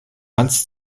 hans